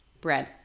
bread